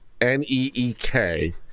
N-E-E-K